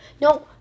No